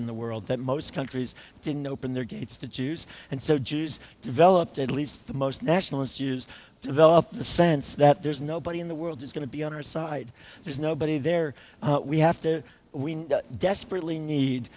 in the world that most countries didn't open their gates to jews and so jews developed at least the most nationalist use develop the sense that there's nobody in the world is going to be on our side there's nobody there we have to we desperately need